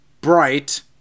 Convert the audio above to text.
Bright